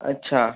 अच्छा